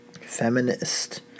feminist